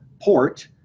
port